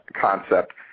concept